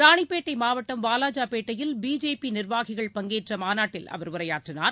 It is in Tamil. ராணிப்பேட்டை மாவட்டம் வாலாஜாபேட்டையில் பிஜேபி நிர்வாகிகள் பங்கேற்ற மாநாட்டில் அவர் உரையாற்றினார்